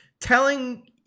telling